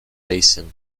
racine